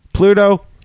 Pluto